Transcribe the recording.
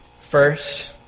First